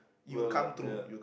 well ah ya